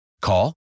Call